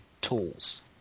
tools